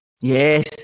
Yes